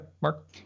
Mark